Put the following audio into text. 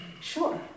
sure